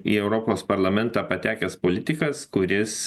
į europos parlamentą patekęs politikas kuris